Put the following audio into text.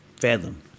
fathom